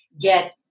get